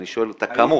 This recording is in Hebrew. אני שואל על הכמות.